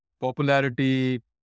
popularity